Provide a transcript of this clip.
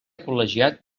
col·legiat